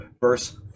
verse